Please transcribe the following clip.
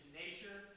nature